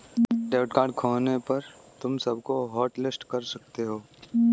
debit card खोने पर तुम उसको हॉटलिस्ट कर सकती हो